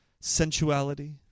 sensuality